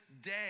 day